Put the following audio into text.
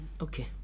Okay